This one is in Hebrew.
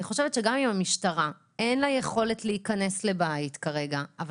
אני חושבת שגם אם למשטרה אין יכולת להיכנס לבית כרגע אבל